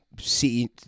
see